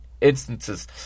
instances